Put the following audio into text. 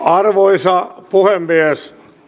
arvoisa puhemies